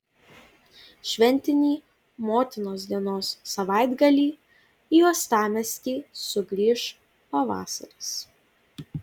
šventinį motinos dienos savaitgalį į uostamiestį sugrįš pavasaris